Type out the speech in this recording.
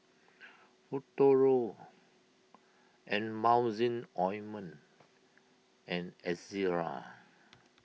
Futuro Emulsying Ointment and Ezerra